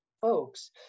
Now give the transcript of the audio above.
folks